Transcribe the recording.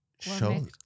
show